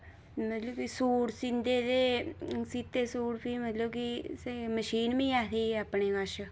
मतलब कि सूट सींदे ते सीते सूट फ्ही मतलब कि असें मशीन बी ऐही अपने कश